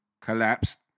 collapsed